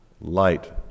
light